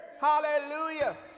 hallelujah